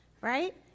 right